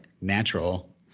natural